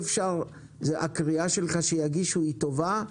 הקריאה שלך שיגישו היא טובה,